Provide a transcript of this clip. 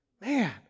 Man